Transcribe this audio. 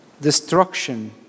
destruction